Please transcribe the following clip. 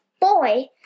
boy